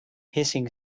hissing